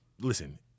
listen